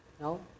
No